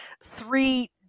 three